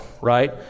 Right